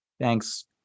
Thanks